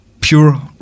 pure